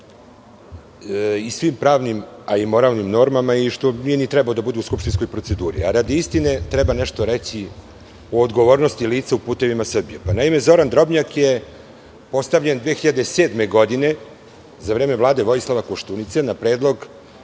sa svim pravnim i moralnim normama, a i zato što nije ni trebao da bude u skupštinskoj proceduri. Radi istine, treba nešto reći i o odgovornosti lica u "Putevima Srbije".Naime, Zoran Drobnjak je postavljen 2007. godine, za vreme Vlade Vojislava Koštunice, a na predlog